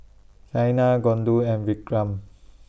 Saina Gouthu and Vikram